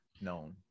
known